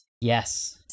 Yes